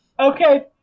Okay